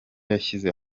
yashyize